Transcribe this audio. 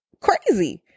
crazy